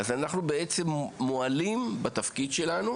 לנסות לבדוק איפה החסמים ולראות איך ניתן לפתור אותם,